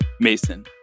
Mason